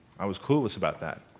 i was clueless about that.